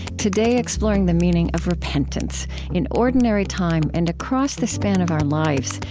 today exploring the meaning of repentance in ordinary time and across the span of our lives,